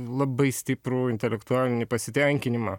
labai stiprų intelektualinį pasitenkinimą